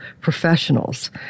professionals